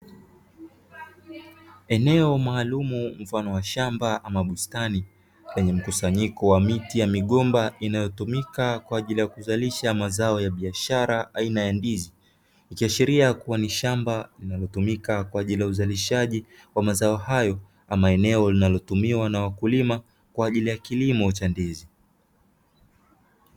Eneo maalumu la mfano wa shamba ama bustani, lenye mkusanyiko wa miti ya migomba inayotumika kuzalisha mazao ya biashara aina ya ndizi, ikiashiria kuwa ni shamba linalotumika kwa ajili ya uzalishaji wa mazao hayo, ama eneo linalotumiwa na wakulima kwa ajili ya kilimo cha ndizi.